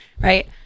right